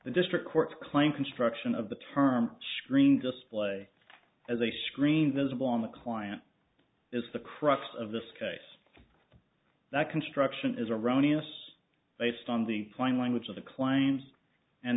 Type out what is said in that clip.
the district court claim construction of the term stream display as a screen visible on the client is the crux of this case that construction is erroneous based on the plain language of the client and